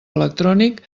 electrònic